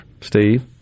Steve